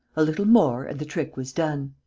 a little more and the trick was done.